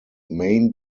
main